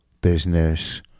business